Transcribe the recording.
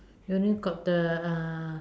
only got the uh